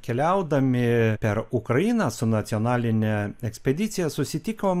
keliaudami per ukrainą su nacionaline ekspedicija susitikom